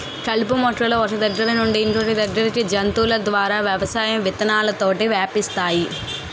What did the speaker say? కలుపు మొక్కలు ఒక్క దగ్గర నుండి ఇంకొదగ్గరికి జంతువుల ద్వారా వ్యవసాయం విత్తనాలతోటి వ్యాపిస్తాయి